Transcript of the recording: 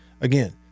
again